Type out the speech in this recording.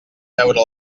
veure